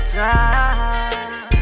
time